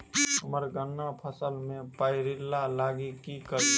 हम्मर गन्ना फसल मे पायरिल्ला लागि की करियै?